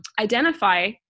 identify